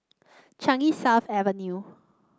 Changi South Avenue